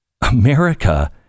America